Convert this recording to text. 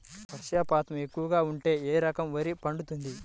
వర్షపాతం ఎక్కువగా ఉంటే ఏ రకం వరి పండుతుంది?